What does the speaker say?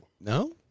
No